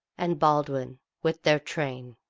and baldwin, with their train.